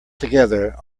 together